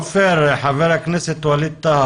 חבר הכנסת ווליד טאהא,